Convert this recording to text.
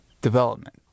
development